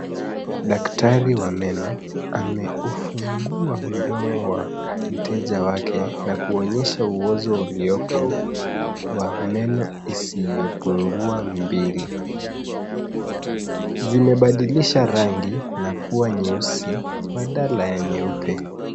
Daktari wa meno, ameufungua mdomo wa mteja wake na kuonyesha uozo uliopo wa meno isiyoopungua mbili, zimebadilisha rangi na kuwa nyeusi badala ya nyeupe.